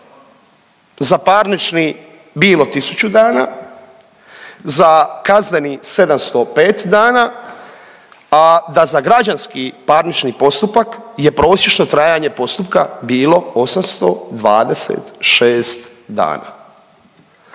za parnični bilo 1000 dana, za kazneni 705 dana, a da za građanski parnični postupak je prosječno trajanje postupka bilo 826 dana.